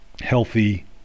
healthy